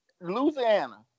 Louisiana